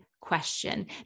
question